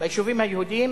ביישובים היהודיים,